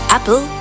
Apple